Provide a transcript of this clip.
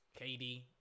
KD